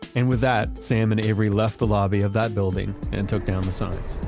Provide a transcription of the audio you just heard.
and with that, sam and avery left the lobby of that building and took down the signs.